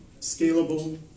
scalable